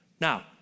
Now